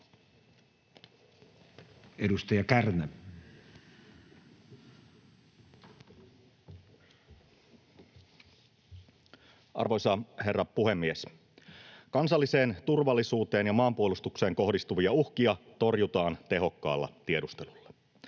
Arvoisa herra puhemies! Kansalliseen turvallisuuteen ja maanpuolustukseen kohdistuvia uhkia torjutaan tehokkaalla tiedustelulla.